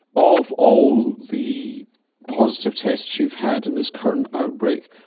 of all the positive tests you've had in this current outbreak,